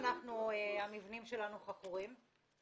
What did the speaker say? המבנים שלנו חכורים.